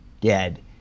dead